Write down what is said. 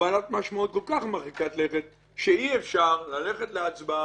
ובעלת משמעות כל כך מרחיקת לכת שאי אפשר ללכת להצבעה,